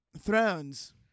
Thrones